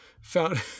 found